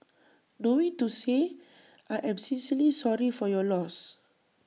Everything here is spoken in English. knowing to say I am sincerely sorry for your loss